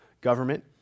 government